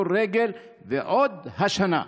ועוד השנה.